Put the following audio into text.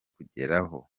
kugeraho